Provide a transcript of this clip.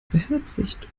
beherzigt